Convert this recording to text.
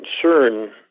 concern